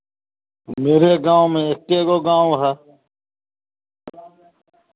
मेरे गाँव में एक गो गाँव है